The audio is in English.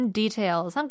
details